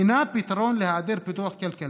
אינה פתרון להיעדר פיתוח כלכלי.